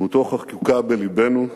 דמותו חקוקה בלבנו,